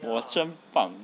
我真棒